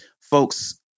folks